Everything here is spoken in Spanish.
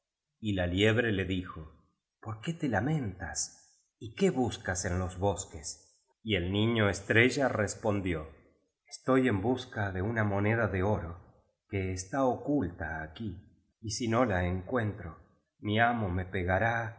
y la liebre le dijo por qué te lamentas y qué buscas en los bosques y el niño estrella respondió estoy en busca de una moneda de oro que está oculta aquí y si no la encuentro mi amo me pegará y